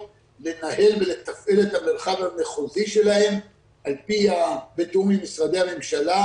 לנהל ולתפעל את המרחב המחוזי שלהם בתיאום עם משרדי הממשלה,